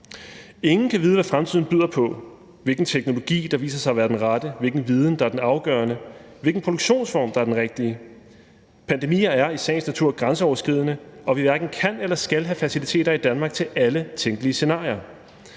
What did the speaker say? Ingen kan vide, hvad fremtiden byder på, hvilken teknologi der viser sig at være den rette, hvilken viden der er den afgørende, eller hvilken produktionsform der er den rigtige. Pandemier er i sagens natur grænseoverskridende, og vi hverken kan eller skal have faciliteter i Danmark til alle tænkelige scenarier.